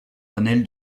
panel